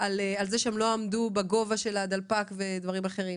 על כך שהן לא עמדו בגובה הדלפק ודברים אחרים.